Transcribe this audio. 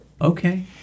Okay